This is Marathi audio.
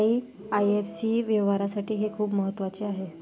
आई.एफ.एस.सी व्यवहारासाठी हे खूप महत्वाचे आहे